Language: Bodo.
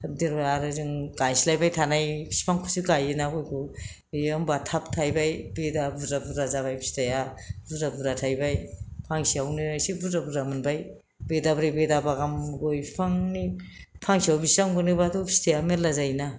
थाब देरबाय आरो जों गायस्लायबाय थानाय बिफांखौसो गायोना गयखौ बियो होमबा थाब थायबाय बे दा बुरजा बुरजा जाबाय दा फिथाया बुरजा बुरजा थायबाय फांसेआवनो एसे बुरजा बुरजा मोनबाय बेदाब्रै बेदाबा गाहाम गय बिफांनि फांसेआवनो बिसिबां मोनोबाथ' फिथाया मेल्ला जायो ना